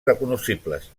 recognoscibles